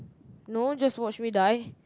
no just watch me die